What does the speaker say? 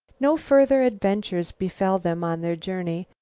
no further adventures befell them on their journey,